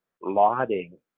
lauding